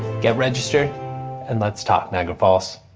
get registered and let's talk niagara falls.